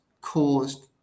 caused